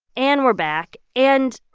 and we're back. and,